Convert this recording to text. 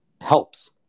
helps